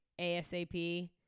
ASAP